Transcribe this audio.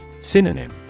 Synonym